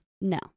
no